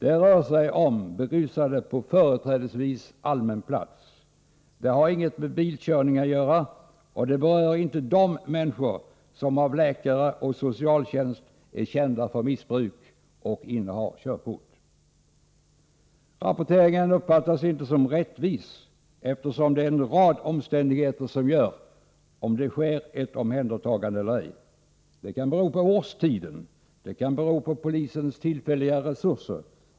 Det rör sig om berusade på företrädesvis allmän plats. Det har inget med bilkörning att göra. Och det berör inte de människor som av läkare och socialtjänst är kända för missbruk och innehar körkort. Rapporteringen uppfattas inte som rättvis, eftersom det är en rad omständigheter som avgör om det sker ett omhändertagande eller ej. Det kan bero på årstiden. Det kan bero på polisens tillfälliga resurser.